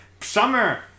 summer